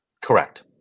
Correct